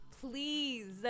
please